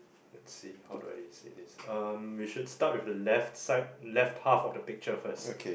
let's see how do I say this um we should start with the left side left half of the picture first